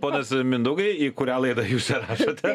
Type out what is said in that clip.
ponas mindaugai į kurią laidą jūs įrašėte